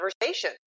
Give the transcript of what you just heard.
conversation